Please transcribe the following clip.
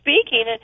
speaking